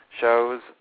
shows